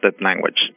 language